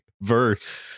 verse